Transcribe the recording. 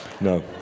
No